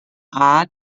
rat